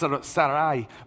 Sarai